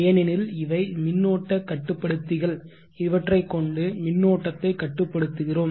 ஏனெனில் இவை மின்னோட்ட கட்டுப்படுத்திகள் இவற்றை கொண்டு மின்னோட்டத்தை கட்டுப்படுத்துகிறோம்